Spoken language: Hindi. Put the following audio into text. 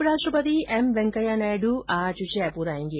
उपराष्ट्रपति एम वेंकैया नायडु आज जयपुर आयेंगे